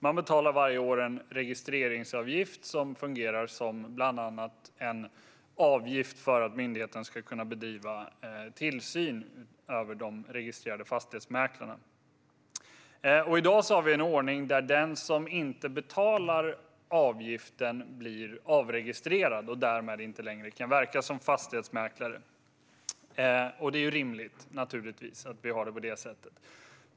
Man betalar varje år en registreringsavgift som bland annat fungerar som en avgift för att myndigheten ska kunna bedriva tillsyn över de registrerade fastighetsmäklarna. I dag har vi en ordning där den som inte betalar avgiften blir avregistrerad och därmed inte längre kan verka som fastighetsmäklare, vilket naturligtvis är rimligt.